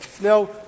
Now